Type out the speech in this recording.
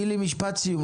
גילי, משפט סיום.